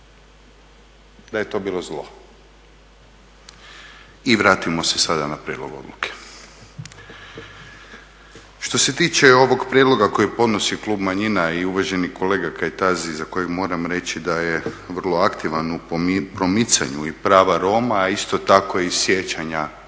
da je to bilo zlo. I vratimo se sada na prijedlog odluke. Što se tiče ovog prijedlog kojeg podnosi Klub manjina i uvaženi kolega Kajtazi za kojeg moram reći da je vrlo aktivan u promicanju i prava Roma, a isto tako i sjećanja na